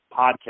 podcast